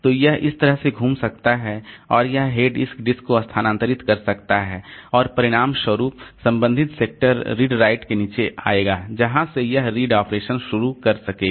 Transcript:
तो यह इस तरह से घूम सकता है और यह हेड इस डिस्क को स्थानांतरित कर सकता है और परिणामस्वरूप संबंधित सेक्टर रीड राइट के नीचे आएगा जहां से यह रीड ऑपरेशन करना शुरू कर सकेगा